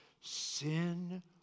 sin